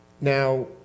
Now